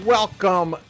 Welcome